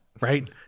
right